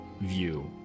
view